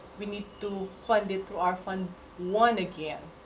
we need to fund it through our fund one again.